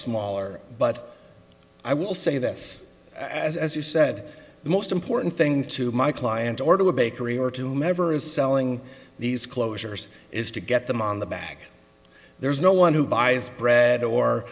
smaller but i will say this as as you said the most important thing to my client or to a bakery or to never is selling these closures is to get them on the back there's no one who buys bread or